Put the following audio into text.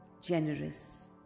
generous